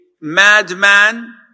madman